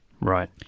Right